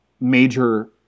major